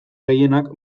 gehienak